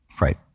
right